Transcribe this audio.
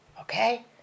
okay